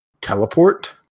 teleport